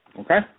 Okay